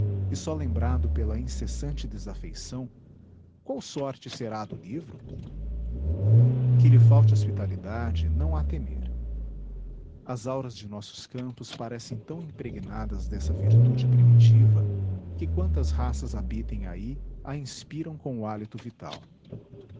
e só lembrado pela incessante desafeição qual sorte será a do livro que lhe falte hospitalidade não há temer as auras de nossos campos parecem tão impregnadas dessa virtude primitiva que quantas raças habitem aí a inspiram com o hálito vital